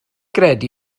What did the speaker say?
gredu